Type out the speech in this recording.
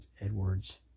Edwards